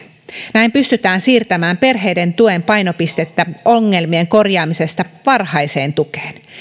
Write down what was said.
näin pystytään siirtämään perheiden tuen painopistettä ongelmien korjaamisesta varhaiseen tukeen